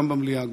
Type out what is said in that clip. גם במליאה,